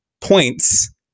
points